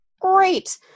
great